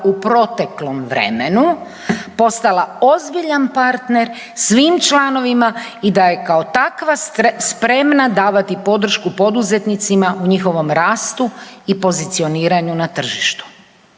u proteklom vremenu postala ozbiljan partner svim članovima i da je kao takva spremna davati podršku poduzetnicima u njihovom rastu i pozicioniranju na tržištu.